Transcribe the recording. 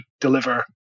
deliver